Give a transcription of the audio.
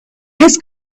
his